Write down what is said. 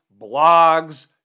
blogs